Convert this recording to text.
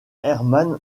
hermann